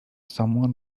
someone